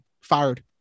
fired